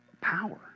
power